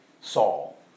Saul